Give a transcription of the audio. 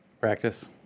Practice